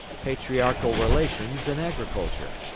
patriarchal relations in agriculture.